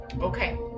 Okay